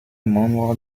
membre